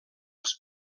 els